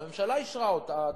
הממשלה אישרה אותה,